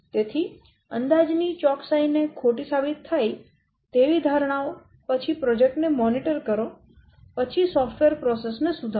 તેથી અંદાજ ની ચોકસાઈને ખોટી સાબિત થાય તેવી ધારણાઓ પછી પ્રોજેક્ટ ને મોનિટર કરો પછી સોફ્ટવેર પ્રક્રિયા ને સુધારો